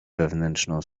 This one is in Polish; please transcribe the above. wewnętrzną